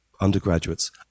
undergraduates